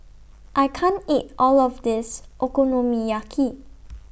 I can't eat All of This Okonomiyaki